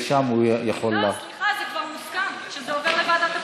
יש ועדה חסויה בוועדת הפנים.